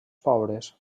pobres